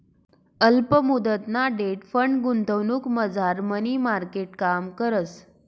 अल्प मुदतना debt fund गुंतवणुकमझार मनी मार्केट काम करस